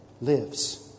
lives